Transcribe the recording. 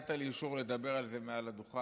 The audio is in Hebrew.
ונתת לי אישור לדבר על זה מעל הדוכן.